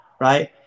right